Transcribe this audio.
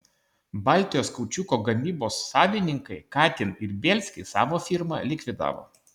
baltijos kaučiuko gamybos savininkai katin ir bielsky savo firmą likvidavo